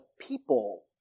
people